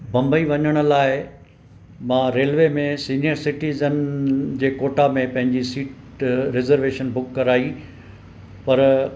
बंबई वञण लाइ मां रेल्वे में सीनिअर सिटीजन जे कोटा में पंहिंजी सीट रिजर्वेशन बुक कराई पर